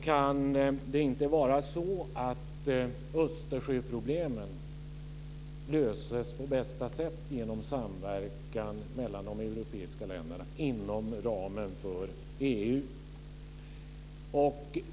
Kan det inte vara så att Östersjöproblemen löses på bästa sätt genom samverkan mellan de europeiska länderna inom ramen för EU?